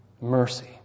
mercy